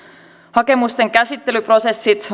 hakemusten käsittelyprosessit